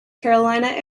carolina